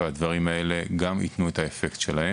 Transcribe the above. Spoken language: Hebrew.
והדברים האלה גם ייתנו את האפקט שלהם.